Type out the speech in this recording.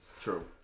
True